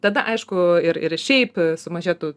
tada aišku ir ir šiaip sumažėtų